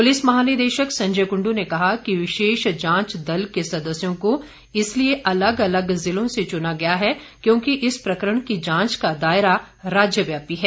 police महानिदेशक संजय कुंड्रू ने कहा कि विशेष जांच दल के सदस्यों को इसलिए अलग अलग ज़िलों से चुना गया है क्योंकि इस प्रकरण की जांच का दायरा राज्य व्यापी है